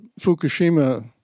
Fukushima